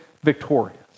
victorious